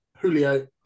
Julio